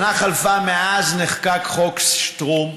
שנה חלפה מאז נחקק חוק שטרום,